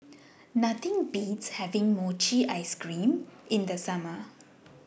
Nothing Beats having Mochi Ice Cream in The Summer